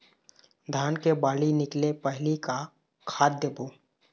धान के बाली निकले पहली का खाद देबो?